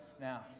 now